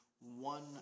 one